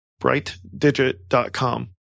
brightdigit.com